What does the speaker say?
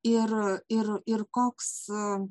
ir ir ir koks